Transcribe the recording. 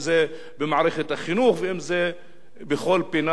ואם בכל פינה אשר תסתכל עליה.